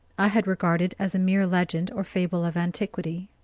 i had regarded as a mere legend or fable of antiquity.